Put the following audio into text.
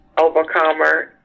overcomer